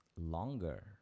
longer